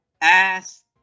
ass